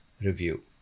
Review